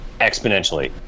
exponentially